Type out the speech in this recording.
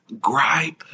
gripe